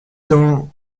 dans